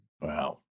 Wow